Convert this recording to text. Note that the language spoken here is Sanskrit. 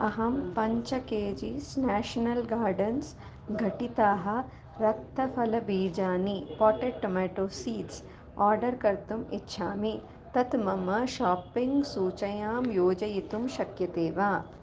अहं पञ्च केजीस् नेशनल् गार्डन्स् घटिताः रक्तफलबीजानि पाटेड् टोमेटो सीड्स् आर्डर् कर्तुम् इच्छामि तत् मम शापिङ्ग् सूच्यां योजयितुं शक्यते वा